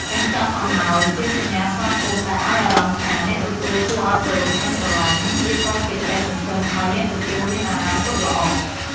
កញ្ចប់អំណោយជាសញ្ញាស្វាគមន៍ដែលឱ្យអារម្មណ៍ថា អ្នកទទួលគួរឱ្យគោរព និងស្រលាញ់។ វាក៏ជាក្ដីសង្ឃឹមឱ្យអ្នកទទួលមានអនាគតល្អ។